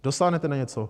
Dosáhnete na něco?